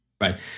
Right